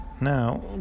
Now